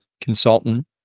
consultant